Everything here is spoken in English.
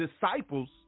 disciples